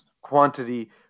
quantity